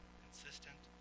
consistent